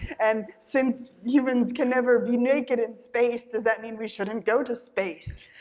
and since humans can never be naked in space does that mean we shouldn't go to space?